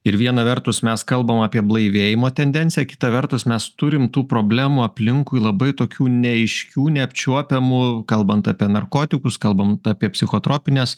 ir viena vertus mes kalbam apie blaivėjimo tendenciją kita vertus mes turim tų problemų aplinkui labai tokių neaiškių neapčiuopiamų kalbant apie narkotikus kalbant apie psichotropines